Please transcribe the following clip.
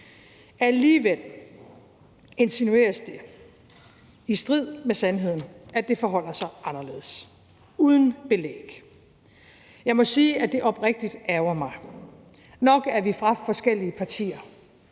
Alligevel insinueres det i strid med sandheden, at det forholder sig anderledes, uden belæg. Jeg må sige, at det oprigtigt ærgrer mig. Nok er vi fra forskellige partier,